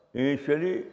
initially